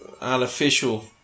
artificial